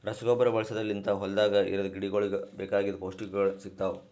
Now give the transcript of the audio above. ರಸಗೊಬ್ಬರ ಬಳಸದ್ ಲಿಂತ್ ಹೊಲ್ದಾಗ ಇರದ್ ಗಿಡಗೋಳಿಗ್ ಬೇಕಾಗಿದ್ ಪೌಷ್ಟಿಕಗೊಳ್ ಸಿಗ್ತಾವ್